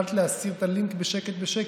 יכולת להסיר את הלינק בשקט בשקט,